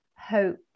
hope